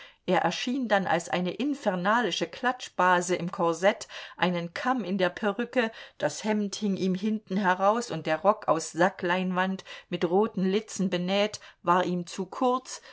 er erschien dann als eine infernalische klatschbase im korsett einen kamm in der perücke das hemd hing ihm hinten heraus und der rock aus sackleinwand mit roten litzen benäht war ihm zu kurz